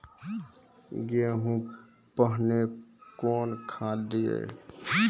गेहूँ पहने कौन खाद दिए?